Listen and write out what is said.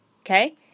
Okay